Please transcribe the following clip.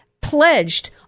pledged